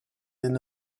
than